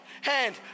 hand